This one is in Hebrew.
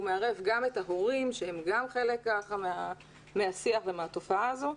הוא מערב גם את ההורים שגם הם חלק מהשיח ומהתופעה הזאת.